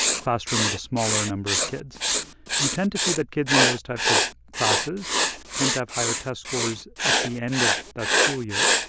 classroom with a smaller number of kids you tend to see that kids in those types of classes tend to have higher test scores at the end of that school year,